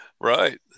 right